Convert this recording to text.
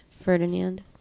Ferdinand